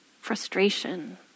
Frustration